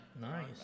Nice